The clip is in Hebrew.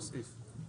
כסיף?